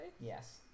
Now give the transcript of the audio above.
yes